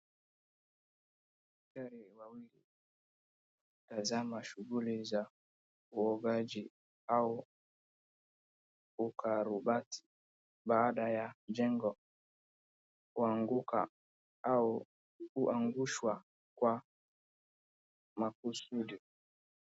Askari wawili watazama shughuli za uokoaji au ukarabati baada ya jengo kuanguka au kuangushwa kwa makusudi.